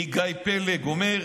מגיא פלג, שאומר: